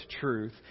truth